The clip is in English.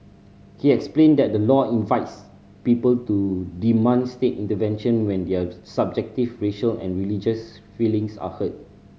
he explained that the law invites people to demand state intervention when their subjective racial and religious feelings are hurt